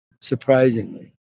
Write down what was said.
surprisingly